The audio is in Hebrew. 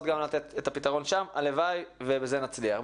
לתת את פתרון גם שם הלוואי ובזה נצליח.